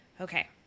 okay